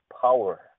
power